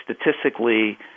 statistically